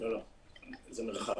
זה מרחב.